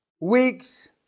Weeks